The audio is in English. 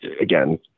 Again